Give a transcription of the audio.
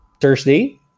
Thursday